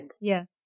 Yes